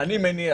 אני מניח